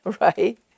right